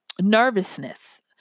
nervousness